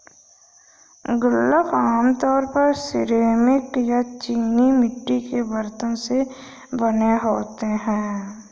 गुल्लक आमतौर पर सिरेमिक या चीनी मिट्टी के बरतन से बने होते हैं